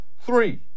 three